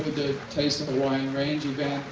the taste of hawaiian range event.